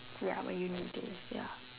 ya when you need this ya